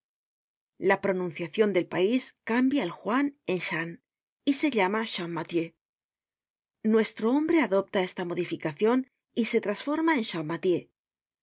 la pronunciacion del pais cambia el juan en chan y se llama chan mathieu nuestro hombre adopta esta modificacion y se trasforma en champmathieu me